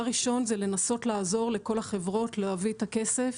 דבר ראשון: לנסות לעזור לכל החברות להביא את הכסף